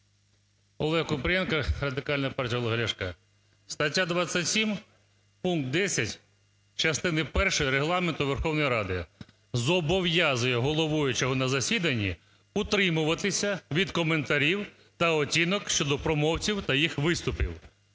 Олег Купрієнко, Радикальна партія Олега Ляшка. Стаття 27 пункт 10 частини першої Регламенту Верховної Ради зобов'язує головуючого на засіданні утримуватись від коментарів та оцінок щодо промовців та їх виступів.